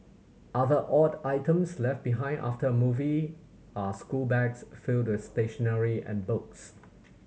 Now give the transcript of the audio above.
other odd items left behind after a movie are school bags filled stationery and boats